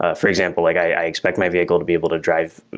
ah for example, like i expect my vehicle to be able to drive,